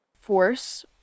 force